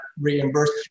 reimbursed